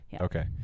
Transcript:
Okay